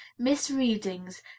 misreadings